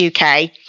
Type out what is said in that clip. UK